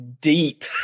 deep